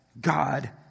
God